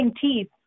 teeth